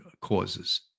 causes